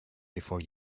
before